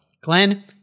Glenn